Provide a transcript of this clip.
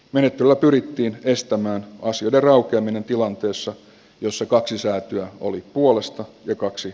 metrolla pyrittiin estämään on syytä raukeaminen tilanteessa jossa kaksi sijaa työ oli puolesta ja kaksi